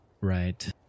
right